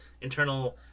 internal